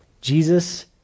Jesus